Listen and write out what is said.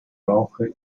brauche